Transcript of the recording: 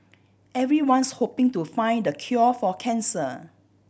everyone's hoping to find the cure for cancer